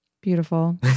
Beautiful